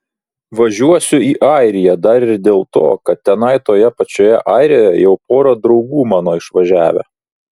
važiuosiu į airiją dar ir dėl to kad tenai toje pačioje airijoje jau pora draugų mano išvažiavę